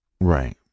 Right